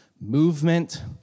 movement